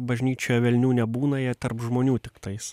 bažnyčioje velnių nebūna jie tarp žmonių tiktais